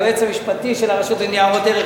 היועץ המשפטי של הרשות לניירות ערך,